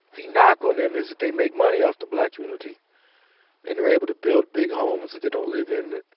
the knock on them is that they make money off the black community and are able to build big homes that they don't live in,